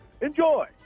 enjoy